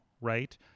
right